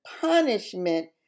punishment